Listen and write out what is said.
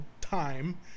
time